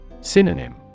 Synonym